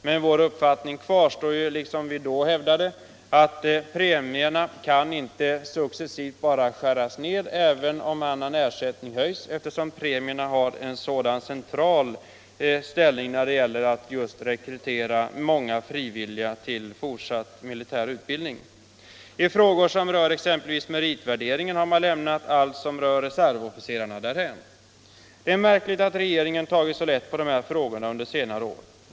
Men vår uppfattning kvarstår — premierna kan inte, såsom vi tidigare hävdat, successivt skäras ner även om ersättningen höjs, eftersom premierna har en så central ställning när det gäller att rekrytera frivilliga till fortsatt militär utbildning. Beträffande exempelvis meritvärderingen har allt som rör reservofficerarna lämnats därhän. Det är märkligt att regeringen tagit så lätt på de här frågorna under senare år.